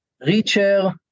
richer